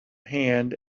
hand